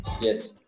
Yes